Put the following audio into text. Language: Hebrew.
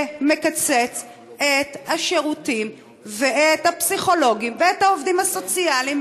זה מקצץ את השירותים ואת הפסיכולוגים ואת העובדים הסוציאליים